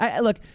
Look